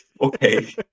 Okay